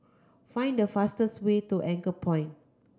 find the fastest way to Anchorpoint